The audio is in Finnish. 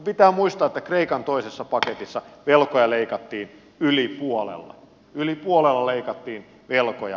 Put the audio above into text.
pitää muistaa että kreikan toisessa paketissa velkoja leikattiin yli puolella yli puolella leikattiin velkoja